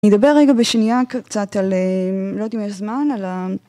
אני אדבר רגע בשנייה קצת על... לא יודעת אם יש זמן, על ה...